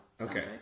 Okay